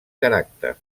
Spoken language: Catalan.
caràcter